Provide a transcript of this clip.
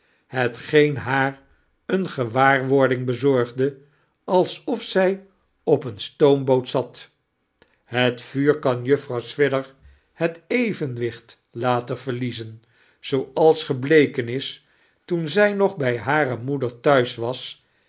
hetgeen haar eene gewaarwording bezorgde alsof zij op eene stoomboot zat het vuur kan juffrouw swidger het evenwicht laten verliezen zooals gebleken is toen zij nog bij hare moeder thuis was